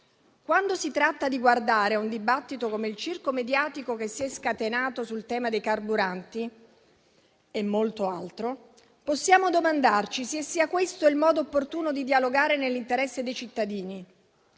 Quando si tratta di guardare a un dibattito come il circo mediatico che si è scatenato sul tema dei carburanti e molto altro, possiamo domandarci se sia questo il modo opportuno di dialogare nell'interesse dei cittadini,